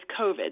COVID